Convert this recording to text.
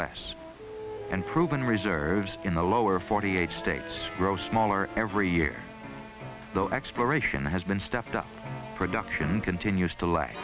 less and proven reserves in the lower forty eight states grows smaller every year the exploration has been stepped up production continues to l